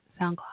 SoundCloud